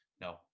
no